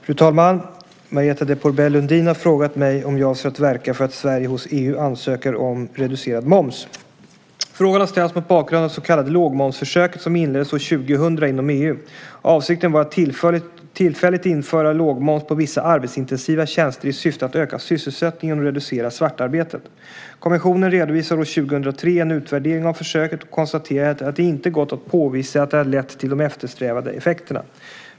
Fru talman! Marietta de Pourbaix-Lundin har frågat mig om jag avser att verka för att Sverige hos EU ansöker om reducerad moms. Frågan har ställts mot bakgrund av det så kallade lågmomsförsöket som inleddes år 2000 inom EU. Avsikten var att tillfälligt införa lågmoms på vissa arbetsintensiva tjänster i syfte att öka sysselsättningen och reducera svartarbetet. Kommissionen redovisade år 2003 en utvärdering av försöket och konstaterade att det inte gått att påvisa att det hade lett till de eftersträvade effekterna.